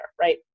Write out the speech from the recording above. right